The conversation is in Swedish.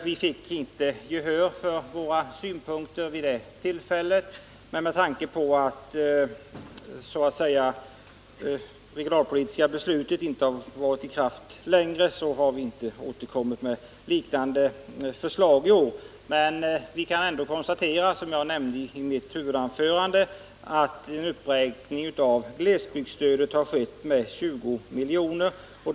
Vi fick inte gehör för våra synpunkter vid det tillfället. Med tanke på att det regionalpolitiska beslutet inte har varit i kraft så länge, har vi emellertid inte återkommit med liknande förslag i år. Som jag nämnde i mitt huvudanförande kan vi ändå konstatera att glesbygdsstödet har räknats upp med 20 milj.kr.